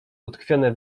utkwione